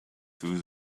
through